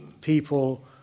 people